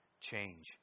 Change